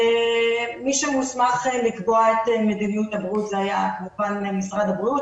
מי שמוסמך לקבוע את מדיניות ה --- זה היה כמובן משרד הבריאות.